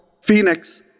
Phoenix